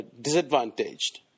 disadvantaged